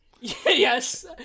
Yes